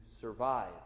survive